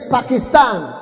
Pakistan